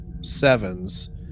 sevens